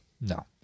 no